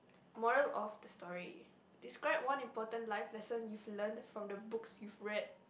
moral of the story describe one important life lesson you've learnt from the books you've read